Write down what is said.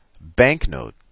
banknote